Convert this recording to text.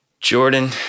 Jordan